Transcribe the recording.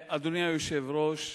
אדוני היושב-ראש,